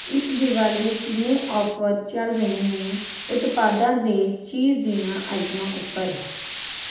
ਇਸ ਦਿਵਾਲੀ ਕਿੰਨੇ ਆਫ਼ਰ ਚੱਲ ਰਹੇ ਨੇ ਉਤਪਾਦਾਂ ਅਤੇ ਚੀਜ਼ ਦੀਆਂ ਆਈਟਮਾਂ ਉੱਪਰ